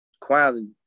quality